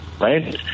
right